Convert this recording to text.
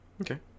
Okay